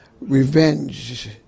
revenge